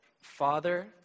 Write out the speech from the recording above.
Father